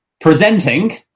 presenting